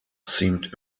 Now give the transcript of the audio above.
seemed